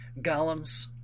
Golems